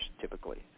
typically